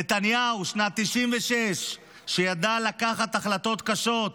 נתניהו שנת 1996 ידע לקחת החלטות קשות.